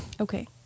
Okay